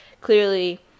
clearly